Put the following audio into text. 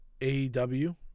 AEW